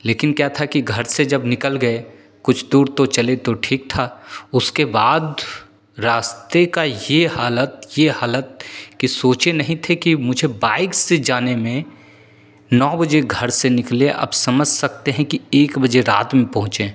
लेकिन क्या था कि घर से जब निकल गए कुछ दूर तो चले तो ठीक था उसके बाद रास्ते की यह हालत यह हालत कि सोचे नहीं थे कि मुझे बाइक़ से जाने में नौ बजे घर से निकले अब समझ सकते हैं कि एक बजे रात में पहुँचे